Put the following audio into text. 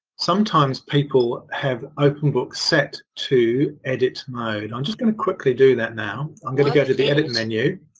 sometimes people have openbook set to edit mode. i'm just going to quickly do that now. i'm going to go to the edit menu.